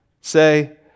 say